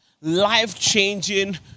life-changing